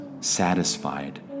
satisfied